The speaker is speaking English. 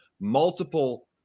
multiple